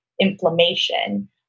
inflammation